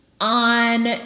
On